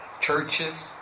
churches